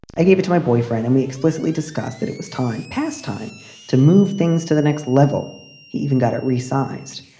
i gave it to my boyfriend and we explicitly discussed that it was time, past time to move things to the next level. he even got it resized.